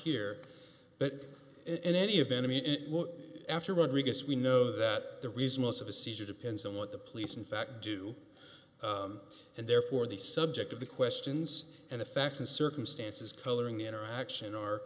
here but in any event after rodrigues we know that the reason most of a seizure depends on what the police in fact do and therefore the subject of the questions and the facts and circumstances coloring the interaction or